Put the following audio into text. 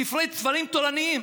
ספרים תורניים.